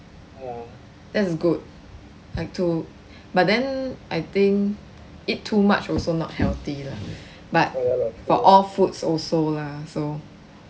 that's good like to but then I think eat too much also not healthy lah but for all foods also lah so